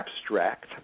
abstract